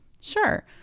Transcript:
sure